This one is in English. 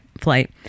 flight